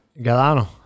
Galano